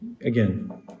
Again